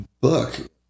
book